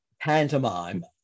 pantomime